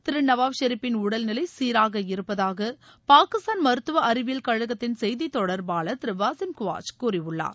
திரு நவாஸ் ஷெரிஃப்பின் உடல்நிலை சீராக இருப்பதாக பாகிஸ்தான் மருத்துவ அறிவியல் கழகத்தின் செய்தித் தொடர்பாளர் திரு வாசிம் குவாஜ் கூறியுள்ளார்